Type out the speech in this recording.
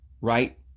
right